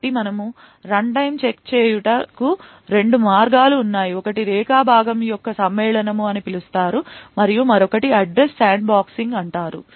కాబట్టి మనము runtime check చేయుట కు రెండు మార్గాలు ఉన్నాయి ఒకటి రేఖా భాగము యొక్క సమ్మేళనము అని పిలుస్తారు మరియు మరొకటి అడ్రస్ శాండ్బాక్సింగ్ అంటారు